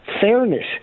fairness